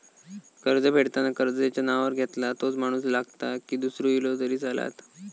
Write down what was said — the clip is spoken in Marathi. कर्ज फेडताना कर्ज ज्याच्या नावावर घेतला तोच माणूस लागता की दूसरो इलो तरी चलात?